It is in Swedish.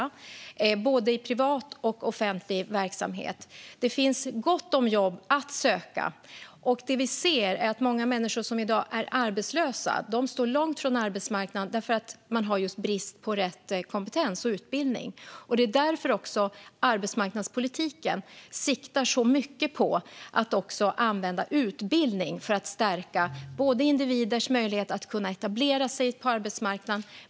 Det gäller både i privat och i offentlig verksamhet. Det finns gott om jobb att söka. Men vi ser att många människor som i dag är arbetslösa står långt från arbetsmarknaden på grund av brister i kompetens och utbildning. Därför siktar arbetsmarknadspolitiken mycket på att använda utbildning för att stärka individers möjlighet att etablera sig på arbetsmarknaden.